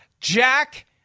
Jack